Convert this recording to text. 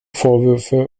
vorwürfe